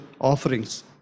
offerings